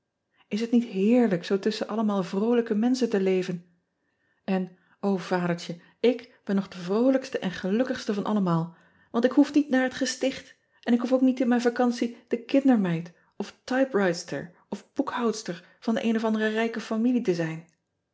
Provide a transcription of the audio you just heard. s het niet heerlijk zoo tusschen allemaal vroolijke menschen te levenz n o adertje ik ben nog de vroolijkste en gelukkigste van allemaal want ik hoef niet naar het gesticht en ik hoef ook niet in mijn vacantie de kindermeid of type writester of boekhoudster van de een of andere rijke familie te zijn